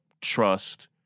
trust